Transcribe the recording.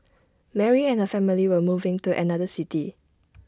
Mary and her family were moving to another city